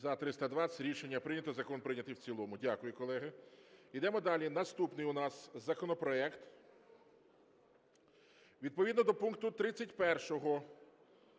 За-320 Рішення прийнято. Закон прийнятий в цілому. Дякую, колеги. Йдемо далі. Наступний у нас законопроект, відповідно до пункту 31...